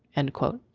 end quote